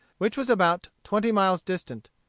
which was about twenty miles distant.